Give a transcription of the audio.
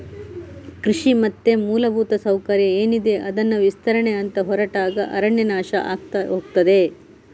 ಕೃಷಿ ಮತ್ತೆ ಮೂಲಭೂತ ಸೌಕರ್ಯ ಏನಿದೆ ಅದನ್ನ ವಿಸ್ತರಣೆ ಅಂತ ಹೊರಟಾಗ ಅರಣ್ಯ ನಾಶ ಆಗ್ತಾ ಹೋಗ್ತದೆ